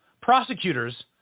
prosecutors